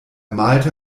malte